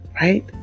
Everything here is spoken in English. Right